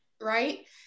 right